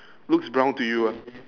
looks brown to you ah